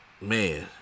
man